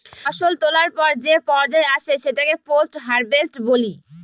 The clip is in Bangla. ফসল তোলার পর যে পর্যায় আসে সেটাকে পোস্ট হারভেস্ট বলি